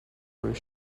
where